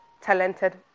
talented